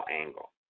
angle